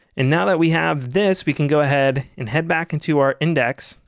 and now that we have this we can go ahead and head back into our index.